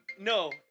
No